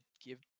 give